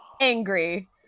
angry